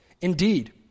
Indeed